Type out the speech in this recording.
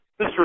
Mr